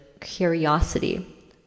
curiosity